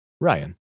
Ryan